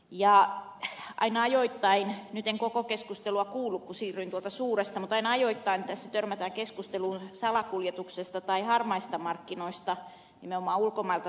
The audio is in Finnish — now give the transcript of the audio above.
ja aina ajoittain nyt en koko keskustelua kuullut kun siirryin tänne tuolta suuresta valiokunnasta tässä törmätään keskusteluun salakuljetuksesta tai harmaista markkinoista nimenomaan tuontiin ulkomailta